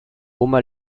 oma